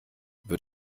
wird